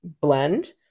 blend